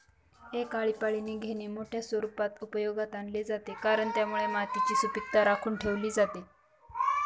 एक आळीपाळीने घेणे मोठ्या स्वरूपात उपयोगात आणले जाते, कारण त्यामुळे मातीची सुपीकता राखून ठेवली जाते